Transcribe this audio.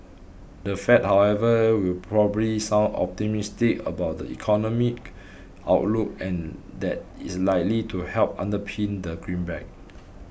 the Fed however will probably sound optimistic about the economic outlook and that is likely to help underpin the greenback